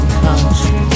country